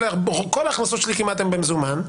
כל ההכנסות שלי, כמעט, הן במזומן.